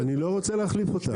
אני לא רוצה להחליף אותה.